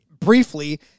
briefly